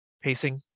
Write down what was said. pacing